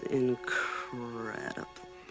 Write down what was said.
incredible